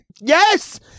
Yes